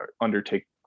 undertake